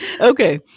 Okay